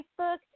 Facebook